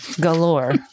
galore